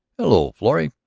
hello, florrie,